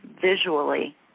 visually